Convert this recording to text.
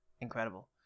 incredible